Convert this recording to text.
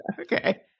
Okay